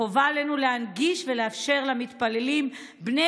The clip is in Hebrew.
חובה עלינו להנגיש ולאפשר למתפללים בני